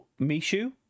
Mishu